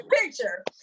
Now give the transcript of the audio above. picture